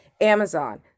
Amazon